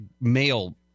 male